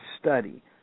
study